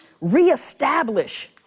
re-establish